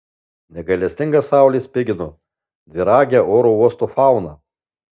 negailestinga saulė spigino dviragę oro uosto fauną